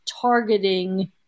targeting